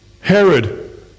Herod